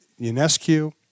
UNESCO